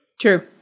True